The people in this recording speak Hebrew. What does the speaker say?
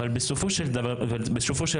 אבל בסופו של דבר,